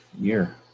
year